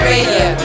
Radio